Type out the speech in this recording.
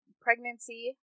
pregnancy